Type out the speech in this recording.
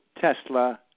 Tesla